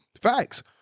Facts